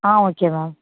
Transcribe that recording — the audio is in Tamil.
ah okay ma'am